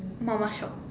mama shop